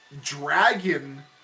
Dragon